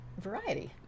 variety